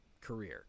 career